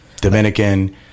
Dominican